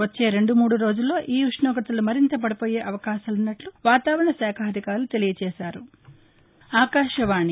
వచ్చే రెండు మూడు రోజుల్లో ఈ ఉష్ణోగ్రతలు మరింత పడిపోయే అవకాశాలున్నట్లు వాతావరణ శాఖాధికారులు తెలియ చేశారు